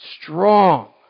strong